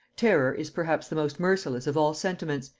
terror is perhaps the most merciless of all sentiments,